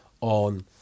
on